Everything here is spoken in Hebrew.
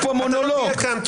אתה לא תהיה כאן.